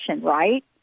right